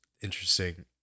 interesting